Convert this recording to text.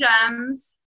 gems